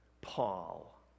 paul